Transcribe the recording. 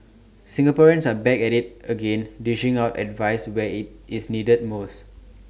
Singaporeans are back at IT again dishing out advice where IT is needed most